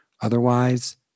otherwise